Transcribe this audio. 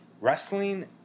Wrestling